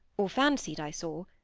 or fancied i saw,